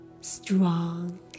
strong